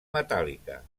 metàl·lica